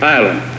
Island